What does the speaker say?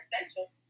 essential